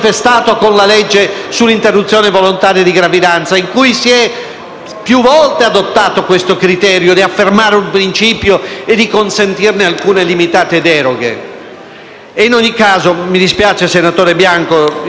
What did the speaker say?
più volte adottato questo criterio di affermare un principio e di consentirne alcune limitate deroghe. In ogni caso - mi dispiace senatore Bianco, lei sa che la stimo come stimo la presidente De Biasi -